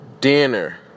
dinner